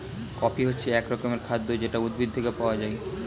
coffee হচ্ছে এক রকমের খাদ্য যেটা উদ্ভিদ থেকে পাওয়া যায়